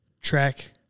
track